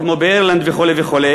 כמו באירלנד וכו' וכו',